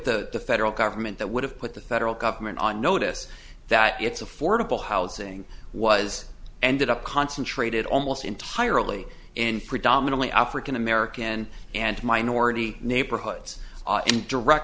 the federal government that would have put the federal government on notice that it's affordable housing was ended up concentrated almost entirely in predominantly african american and minority neighborhoods in direct